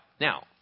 now